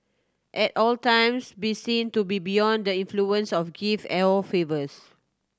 at all times be seen to be beyond the influence of gifts or favours